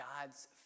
God's